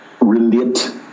relate